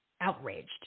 outraged